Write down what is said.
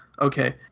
Okay